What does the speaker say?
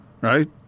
right